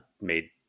made